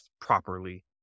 properly